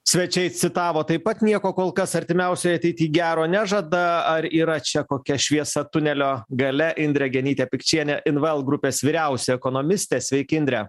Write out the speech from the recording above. svečiai citavo taip pat nieko kol kas artimiausioj ateityj gero nežada ar yra čia kokia šviesa tunelio gale indrė genytė pikčienė inval grupės vyriausia ekonomistė sveiki indre